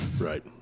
Right